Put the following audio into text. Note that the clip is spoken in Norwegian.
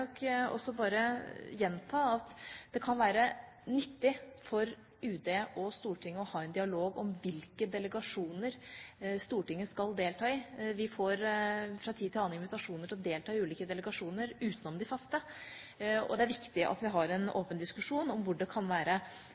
bare gjenta at det kan være nyttig for UD og Stortinget å ha en dialog om hvilke delegasjoner Stortinget skal delta i. Vi får fra tid til annen invitasjoner til å delta i ulike delegasjoner utenom de faste, og det er viktig at vi har en åpen diskusjon om hvor det kan være